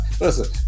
listen